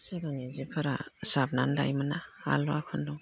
सिगांनि जि फोरा जाबनानै दायोमोनना आलुवा खुन्दुं